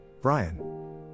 Brian